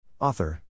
Author